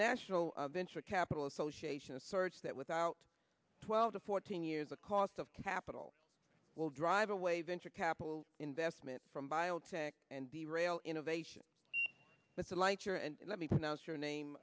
national venture capital association asserts that without twelve to fourteen years the cost of capital will drive away venture capital investment from biotech and the rail innovation but the lighter and let me to announce your name